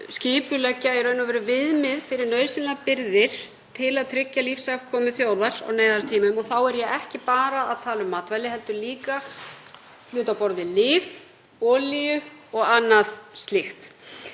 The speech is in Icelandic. skipuleggja viðmið fyrir nauðsynlegar birgðir til að tryggja lífsafkomu þjóðar á neyðartímum, og þá er ég ekki bara að tala um matvæli heldur líka hluti á borð við olíu og annað slíkt,